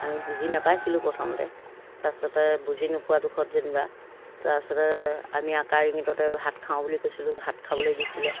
আমি বুজি নাপাইছিলোঁ প্ৰথমতে তাৰপাছতে বুজি নোপোৱা দুখত যেনিবা তাৰপাছতে আমি আকাৰ ইংগিততে ভাত খাওঁ বুলি কৈছিলোঁ ভাত খাবলৈ দিছিলে